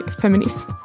feminism